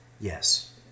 yes